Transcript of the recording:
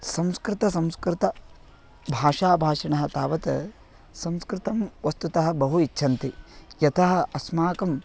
संस्कृतं संस्कृतभाषाभाषिणः तावत् संस्कृतं वस्तुतः बहु इच्छन्ति यतः अस्माकं